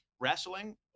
Wrestling